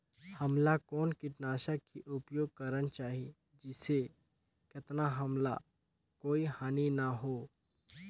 हमला कौन किटनाशक के उपयोग करन चाही जिसे कतना हमला कोई हानि न हो?